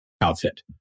outfit